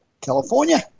California